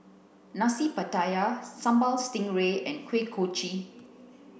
nasi pattaya sambal stingray and kuih kochi